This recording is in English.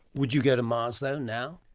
would you go to mars though now?